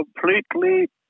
completely